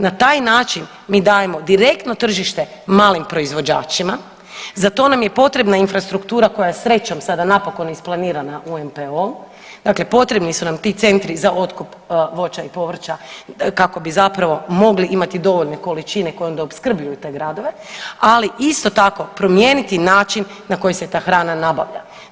Na taj način mi dajemo direktno tržište malim proizvođačima, za to nam je potrebna infrastruktura koja je srećom sada napokon isplanirana u NPO-u dakle potrebni su nam centri otkup voća i povrća kako bi zapravo mogli imati dovoljne količine koje onda opskrbljuju te gradove, ali isto tako promijeniti način na koji se ta hrana nabavlja.